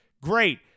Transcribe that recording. great